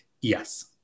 yes